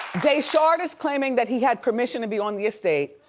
daeshard is claiming that he had permission to be on the estate.